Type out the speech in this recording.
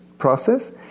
process